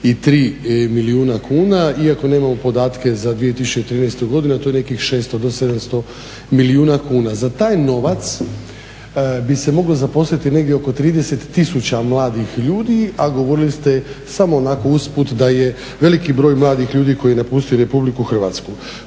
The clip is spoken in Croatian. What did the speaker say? i 53 milijuna kuna, iako nemamo podatke za 2013.godinu, a to je nekih 600 do 700 milijuna kuna. Za taj novac bi se moglo zaposliti negdje oko 30 tisuća mladih ljudi, a govorili ste samo onako uz put da je veliki broj mladih ljudi koji je napustio RH.